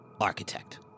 architect